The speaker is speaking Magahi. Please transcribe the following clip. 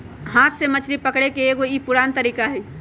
हाथ से मछरी पकड़े के एगो ई पुरान तरीका हई